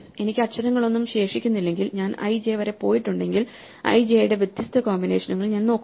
എനിക്ക് അക്ഷരങ്ങളൊന്നും ശേഷിക്കുന്നില്ലെങ്കിൽ ഞാൻ i j വരെ പോയിട്ടുണ്ടെങ്കിൽ ij യുടെ വ്യത്യസ്ത കോമ്പിനേഷനുകൾ ഞാൻ നോക്കുന്നു